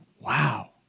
Wow